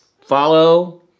follow